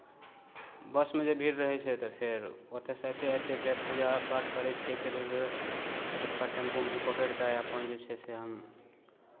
बसमे जे भीड़ रहै छै तऽ फेर ओतयसँ अयते अयते फेर पूजा पाठ करै छियै फेर ओतयसँ छोटका टेम्पू उम्पू पकड़ि कऽ अपन जे छै से हम